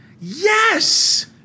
Yes